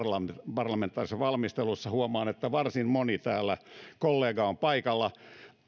parlamentaarisessa valmistelussa huomaan että varsin moni kollega on täällä paikalla